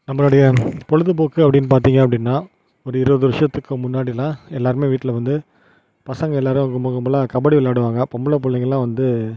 நம்பளுடைய பொழுதுபோக்கு அப்படின்னு பார்த்திங்க அப்படின்னா ஒரு இருபது வருஷத்துக்கு முன்னாடிலாம் எல்லாருமே வீட்டில் வந்து பசங்கள் எல்லாரும் கும்பல் கும்பலாக கபடி விளாயாடுவாங்க பொம்பளை பிள்ளைகளா வந்து